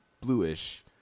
bluish